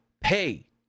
pay